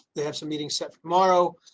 they have some meeting set tomorrow.